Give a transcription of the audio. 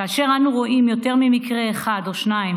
כאשר אנו רואים יותר ממקרה אחד או שניים